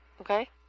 Okay